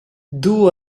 duu